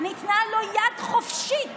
ניתנה לו יד חופשית